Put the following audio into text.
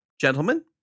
Gentlemen